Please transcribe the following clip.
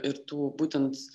ir tų būtent